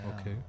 okay